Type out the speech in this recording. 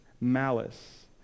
malice